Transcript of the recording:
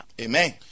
Amen